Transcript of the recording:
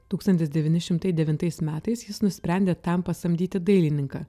tūkstantis devyni šimtai devintais metais jis nusprendė tam pasamdyti dailininką